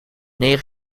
negen